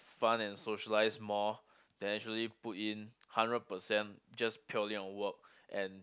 fun and socialize more they actually put in hundred percent just purely on work and